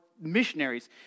missionaries